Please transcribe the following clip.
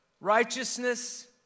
righteousness